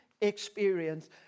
experience